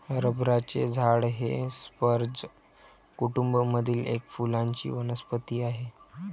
रबराचे झाड हे स्पर्ज कुटूंब मधील एक फुलांची वनस्पती आहे